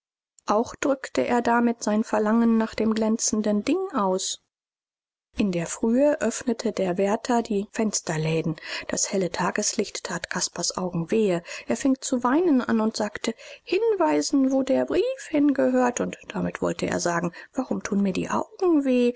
auch drückte er damit sein verlangen nach dem glänzenden ding aus in der frühe öffnete der wärter die fensterläden das helle tageslicht tat caspars augen wehe er fing zu weinen an und sagte hinweisen wo der brief hingehört und damit wollte er sagen warum tun mir die augen weh